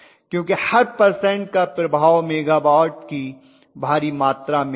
क्योंकि हर पर्सेन्ट का प्रभाव मेगावट की भारी मात्रा में होगा